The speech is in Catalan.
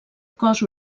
cos